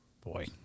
Boy